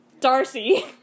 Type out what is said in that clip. Darcy